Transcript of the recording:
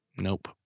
Nope